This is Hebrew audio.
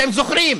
אתם זוכרים?